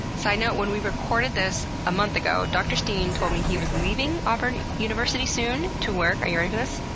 so you know when we recorded this a month ago, dr. steen told me he was leaving auburn university to work yeah ready for this?